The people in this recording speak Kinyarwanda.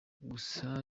gusa